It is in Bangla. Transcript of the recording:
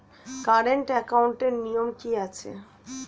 কারেন্ট একাউন্টের নিয়ম কী আছে?